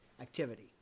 activity